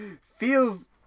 feels